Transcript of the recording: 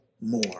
more